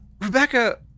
Rebecca